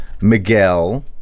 Miguel